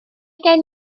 gen